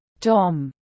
Tom